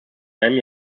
einem